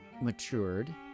matured